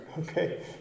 Okay